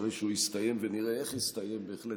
אחרי שהוא יסתיים ונראה איך יסתיים בהחלט